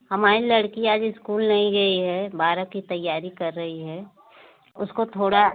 हमारी लड़की आज इस्कूल नहीं गई है बारह की तैयारी कर रही है उसको थोड़ा